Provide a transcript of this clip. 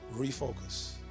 Refocus